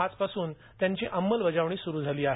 आजपासून त्याची अंमलबजावणी सुरू झाली आहे